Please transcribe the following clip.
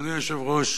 אדוני היושב-ראש,